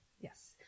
Yes